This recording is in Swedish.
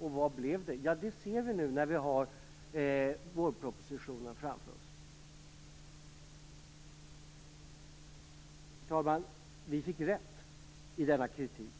Och vad hände? Ja, det ser vi nu när vi har vårpropositionen framför oss. Herr talman! Vi fick rätt i denna kritik.